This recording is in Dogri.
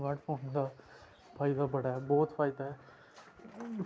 स्मार्टफोन दा फायदा बड़ा बहुत फायदा ऐ